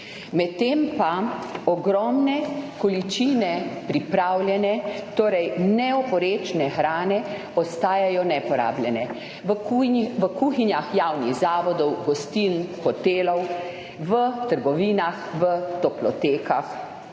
medtem pa ogromne količine pripravljene, torej neoporečne hrane ostajajo neporabljene v kuhinjah javnih zavodov, gostiln, hotelov, v trgovinah, toplotekah,